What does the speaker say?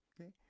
Okay